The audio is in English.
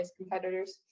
competitors